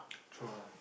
true ah